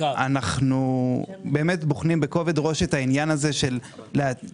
אנחנו באמת בוחנים בכובד ראש את העניין של להתערב